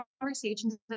conversations